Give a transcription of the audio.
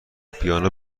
پیانو